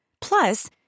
Plus